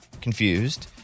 confused